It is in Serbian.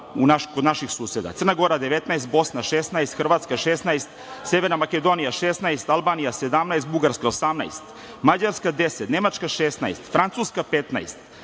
naših suseda: Crna Gora 19, Bosna 16, Hrvatska 16, Severna Makedonija 16, Albanija 17, Bugarska 18, Mađarska 10, Nemačka 16, Francuska 15,